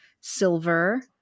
silver